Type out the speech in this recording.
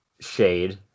shade